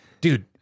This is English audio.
Dude